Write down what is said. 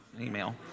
email